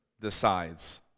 decides